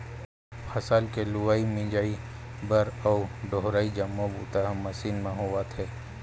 फसल के लुवई, मिजई बर अउ डोहरई जम्मो बूता ह मसीन मन म होवत हे